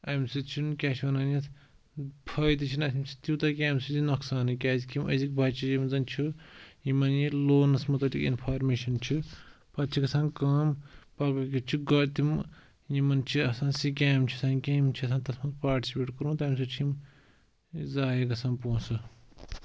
اَمہِ سۭتۍ چھِنہٕ کیٛاہ چھِ وَنان یَتھ فٲیدٕ چھِنہٕ اَسہِ اَمہِ سۭتۍ تیوٗتاہ کینٛہہ اَمہِ سۭتۍ چھِ نۄقصانٕے کیٛازِکہِ یِم أزِکۍ بَچہِ یِم زَن چھِ یِمَن یہِ لونَس متعلق اِنفارمیشَن چھِ پَتہٕ چھِ گژھان کٲم ییٚتہِ چھِ گۄڈٕ تِمہٕ یِمَن چھِ آسان سٕکیم چھِ آسان کینٛہہ یِم چھِ آسان تَتھ منٛز پاٹِسِپیٹ کوٚرمُت تَمہِ سۭتۍ چھِ یِم زایے گژھان پونٛسہٕ